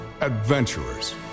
adventurers